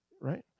right